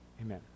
amen